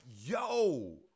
yo